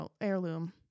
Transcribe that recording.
heirloom